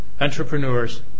entrepreneurs